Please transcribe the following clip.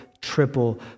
triple